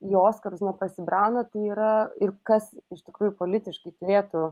į oskarus neprasibraunatai yra ir kas iš tikrųjų politiškai turėtų